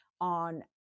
on